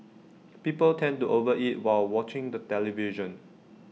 people tend to over eat while watching the television